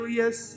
yes